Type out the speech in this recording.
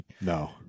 No